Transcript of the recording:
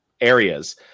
areas